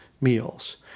meals